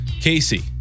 Casey